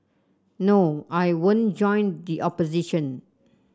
no I won't join the opposition